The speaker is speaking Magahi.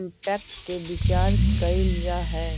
इंपैक्ट के विचार कईल जा है